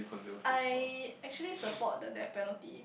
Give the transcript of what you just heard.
I actually support the death penalty